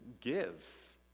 give